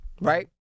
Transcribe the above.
Right